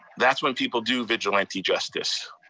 that's when people do vigilante justice.